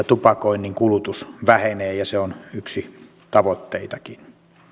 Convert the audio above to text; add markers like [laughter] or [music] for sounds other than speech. [unintelligible] tupakoinnin kulutus vähenee ja se on yksi tavoitteistakin